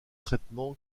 traitements